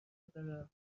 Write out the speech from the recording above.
دارم